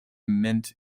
mint